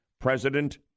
President